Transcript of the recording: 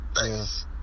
Nice